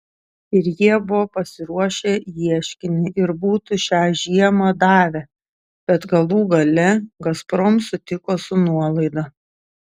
ir jie buvo pasiruošę ieškinį ir būtų šią žiemą davę bet galų gale gazprom sutiko su nuolaida